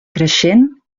creixent